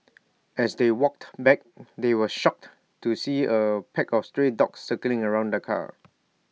as they walked back they were shocked to see A pack of stray dogs circling around the car